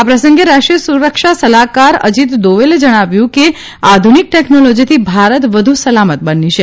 આ પ્રસંગે રાષ્ટ્રીય સુરક્ષા સલાહકાર અજીત દોવલે જણાવ્યું કે આધુનિક ટેકનોલોજીથી ભારત વધુ સલામત બન્યું છે